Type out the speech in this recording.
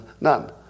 None